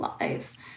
lives